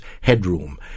headroom